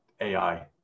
AI